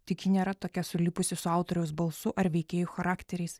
tik ji nėra tokia sulipusi su autoriaus balsu ar veikėjų charakteriais